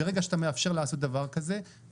ברגע שאתה מאפשר לעשות דבר כזה,